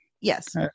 Yes